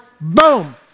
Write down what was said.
boom